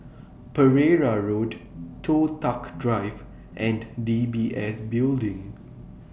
Pereira Road Toh Tuck Drive and D B S Building